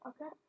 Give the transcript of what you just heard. Okay